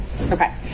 Okay